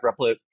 Replit